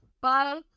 Bye